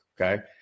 Okay